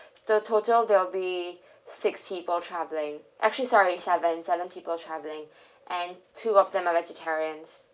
so total will be six people traveling actually sorry seven seven people travelling and two of them are vegetarians